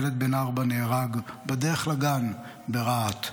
ילד בן ארבע נהרג בדרך לגן ברהט,